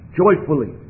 joyfully